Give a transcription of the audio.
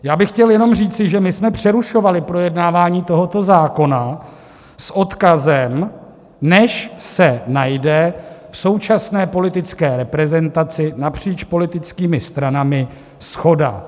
Já bych chtěl jenom říci, že jsme přerušovali projednávání tohoto zákona s odkazem, než se najde v současné politické reprezentaci napříč politickými stranami shoda.